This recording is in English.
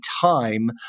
time